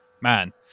man